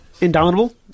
Indomitable